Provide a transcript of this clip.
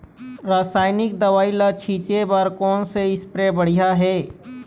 रासायनिक दवई ला छिचे बर कोन से स्प्रे बढ़िया हे?